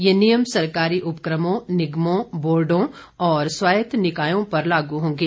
ये नियम सरकारी उपकमों निगमों बोर्डो और स्वायत्त निकायों पर लागू होंगे